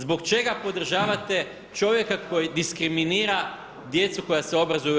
Zbog čega podržavate čovjeka koji diskriminira djecu koja se obrazuju u RH?